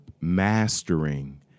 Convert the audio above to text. mastering